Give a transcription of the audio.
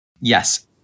Yes